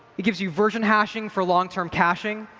it gives you version hashing for long term caching,